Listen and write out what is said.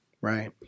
Right